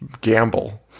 gamble